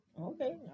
Okay